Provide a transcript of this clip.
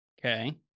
Okay